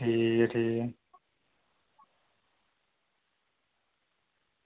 ठीक ऐ ठीक ऐ